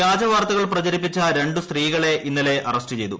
വ്യാജ വാർത്തകൾ പ്രചരിപ്പിച്ച രണ്ടു സ്ത്രീകളെ ഇന്നലെ അറസ്റ്റു ചെയ്തു